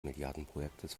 milliardenprojektes